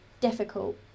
difficult